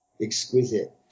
exquisite